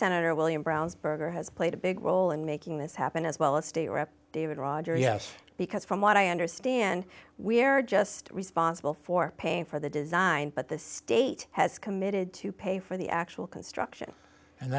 senator william brownsburg or has played a big role in making this happen as well as state rep david roger yes because from what i understand we are just responsible for paying for the design but the state has committed to pay for the actual construction and